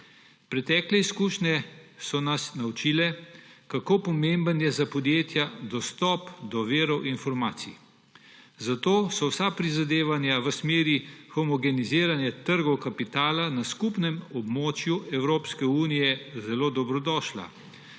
Pretekle izkušnje so nas naučile, kako pomemben je za podjetja dostop do virov informacij, zato so vsa prizadevanja v smeri homogeniziranja trgov kapitala na skupnem območju Evropske unije zelo dobrodošla,